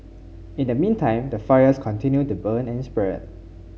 in the meantime the fires continue to burn and spread